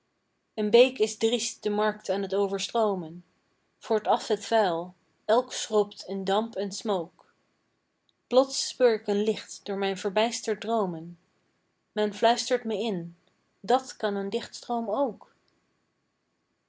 een beek is driest de markt aan t overstroomen voert af het vuil elk schrobt in damp en smook plots speur k een licht door mijn verbijsterd droomen men fluistert me in dàt kan een dichtstroom ook